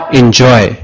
enjoy